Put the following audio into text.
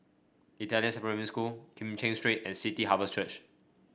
Italian Supplementary School Kim Cheng Street and City Harvest Church